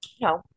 No